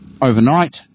overnight